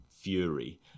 fury